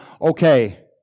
okay